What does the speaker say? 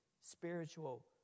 spiritual